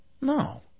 No